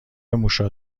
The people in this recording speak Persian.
موشا